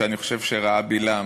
שאני חושב שראה בלעם,